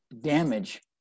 damage